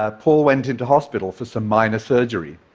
ah paul went into hospital for some minor surgery,